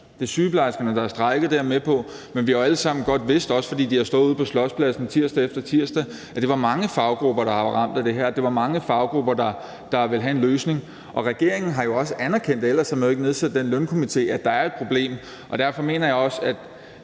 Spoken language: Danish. Det er sygeplejerskerne, der har strejket, det er jeg med på, men vi har jo alle sammen godt vidst, også fordi de har stået ude på Slotspladsen tirsdag efter tirsdag, at det var mange faggrupper, der har været ramt af det her, det var mange faggrupper, der ville have en løsning. Og regeringen har jo også anerkendt, at der er et problem, ellers havde man jo ikke nedsat den lønstrukturkomité. Derfor mener jeg også, at